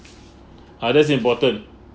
ah that's important